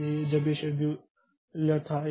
इसलिए जब यह शेड्यूलर था